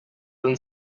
than